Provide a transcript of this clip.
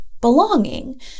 belonging